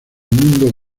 mundo